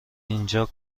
اینجا